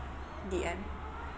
D_M